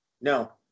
No